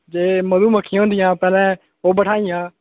जे मधु मक्खियां होंदियां जां पैह्ले ओह् बठाइयां